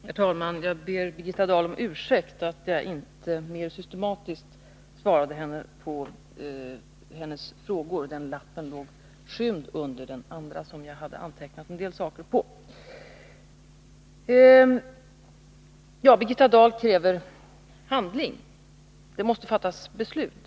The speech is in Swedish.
Herr talman! Jag ber Birgitta Dahl om ursäkt för att jag inte mer Fredagen den systematiskt svarade på hennes frågor. Den lappen låg skymd under en 19 mars 1982 annan som jag hade antecknat en del saker på. Birgitta Dahl kräver handling — att det måste fattas beslut.